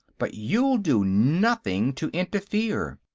but you'll do nothing to interfere.